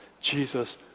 Jesus